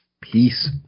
Peace